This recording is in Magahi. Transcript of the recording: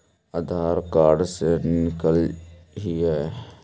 आधार कार्ड से निकाल हिऐ?